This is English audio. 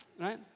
right